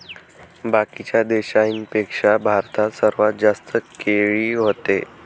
बाकीच्या देशाइंपेक्षा भारतात सर्वात जास्त केळी व्हते